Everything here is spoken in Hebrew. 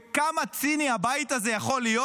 כמה ציני הבית הזה יכול להיות,